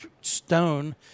stone